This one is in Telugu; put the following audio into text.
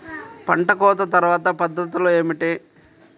పంట కోత తర్వాత పద్ధతులు ఏమిటి?